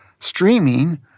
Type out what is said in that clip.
streaming